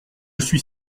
suis